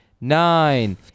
Nine